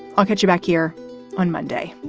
i'll get you back here on monday